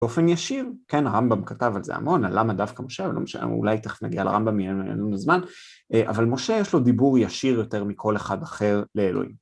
באופן ישיר, כן, הרמב״ם כתב על זה המון, על למה דווקא משם, לא משנה, אולי תכף נגיע לרמב״ם, אין לנו זמן, אבל משה יש לו דיבור ישיר יותר מכל אחד אחר לאלוהים.